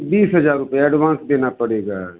बीस हजार रुपया एडवांस देना पड़ेगा